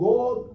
God